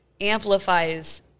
amplifies